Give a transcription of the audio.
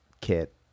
kit